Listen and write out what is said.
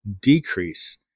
decrease